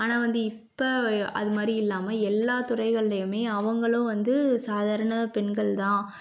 ஆனால் வந்து இப்போ அதுமாதிரி இல்லாமல் எல்லா துறைகள்லேயுமே அவங்களும் வந்து சாதாரண பெண்கள்தான்